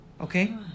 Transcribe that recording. okay